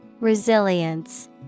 Resilience